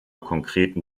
konkreten